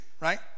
right